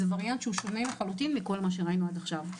אלא וריאנט שונה לחלוטין ממה שראינו עד עכשיו.